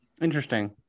Interesting